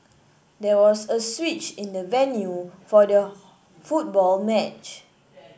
there was a switch in the venue for the football match